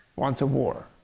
wants a war.